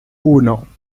uno